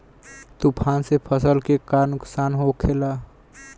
तूफान से फसल के का नुकसान हो खेला?